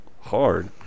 hard